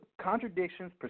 contradictions